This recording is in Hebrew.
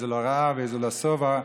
איזו לרעב ואיזו לשובע,